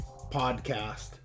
podcast